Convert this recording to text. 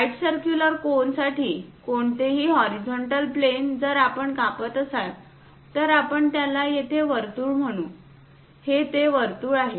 right circular cone साठी कोणतेही horizontal plane जर आपण कापत असाल तर आपण त्याला येथे वर्तुळ म्हणू हे ते वर्तुळ आहे